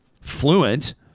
fluent